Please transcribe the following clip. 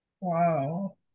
Wow